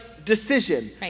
Decision